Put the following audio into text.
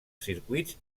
circuits